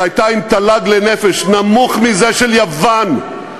שהייתה עם תל"ג לנפש נמוך מזה של יוון,